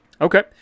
Okay